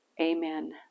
Amen